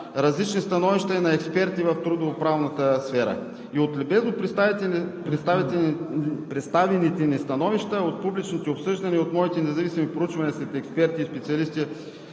различни становища и на експерти в трудовоправната сфера. От любезно представените ни становища, от публичните обсъждания, от моите независими проучвания сред експерти и специалисти